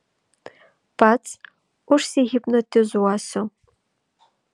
pats užsihipnotizuosiu